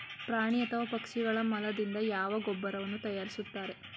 ಪ್ರಾಣಿ ಅಥವಾ ಪಕ್ಷಿಗಳ ಮಲದಿಂದ ಯಾವ ಗೊಬ್ಬರವನ್ನು ತಯಾರಿಸುತ್ತಾರೆ?